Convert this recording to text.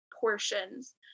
portions